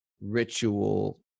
ritual